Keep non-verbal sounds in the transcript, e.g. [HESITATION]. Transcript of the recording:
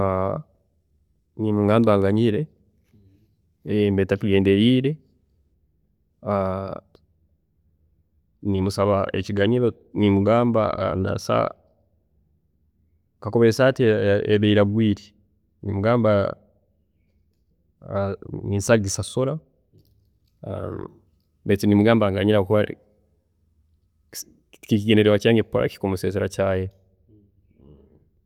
[HESITATION] nimugamba anganyire, [HESITATION] mbiire ntakigendereire, [HESITATION] nimusaba ekiganyiro nimugamba kakuba esaati eba eyiragwiire, nimugamba ninsobola kugisasula [HESITATION] baitu nimugamba anganyire habwokuba tikiri kigendererwa kyange kumuseesera caayi.